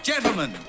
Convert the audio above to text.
Gentlemen